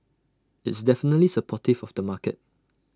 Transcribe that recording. it's definitely supportive of the market